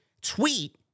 tweet